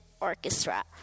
Orchestra